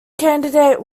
candidate